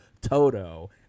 Toto